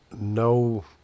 no